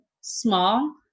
small